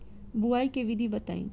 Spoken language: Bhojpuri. बुआई के विधि बताई?